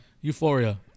Euphoria